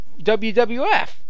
WWF